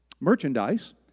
merchandise